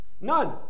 none